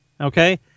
okay